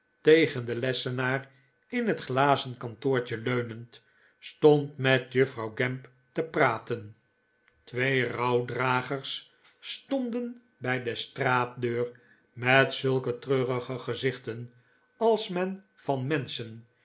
tegen den lessenaar in het glazen kantoortje leunend stond met juffrouw gamp te praten twee rouwdragers stonden bij de straatdeur met zulke treurige gezichten als men van menschen